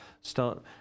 start